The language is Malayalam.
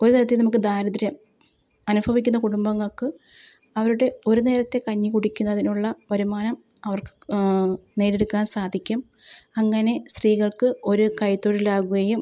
ഒരു തരത്തിൽ നമുക്ക് ദാരിദ്ര്യം അനുഭവിക്കുന്ന കുടുംബങ്ങൾക്ക് അവരുടെ ഒരു നേരത്തെ കഞ്ഞി കുടിക്കുന്നതിനുള്ള വരുമാനം അവർക്ക് നേടി എടുക്കാൻ സാധിക്കും അങ്ങനെ സ്ത്രീകൾക്ക് ഒരു കൈത്തൊഴിലാകുകയും